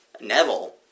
Neville